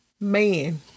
man